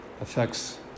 affects